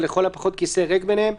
ולכל הפחות כיסא ריק ביניהם,